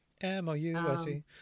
M-O-U-S-E